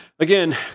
Again